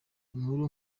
inkuru